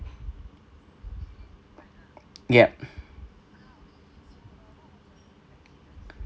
yup